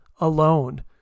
alone